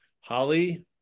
Holly